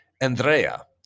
Andrea